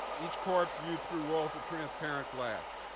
each corpse viewed through walls of transparent glass,